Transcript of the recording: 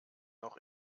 noch